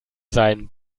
sein